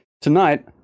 Tonight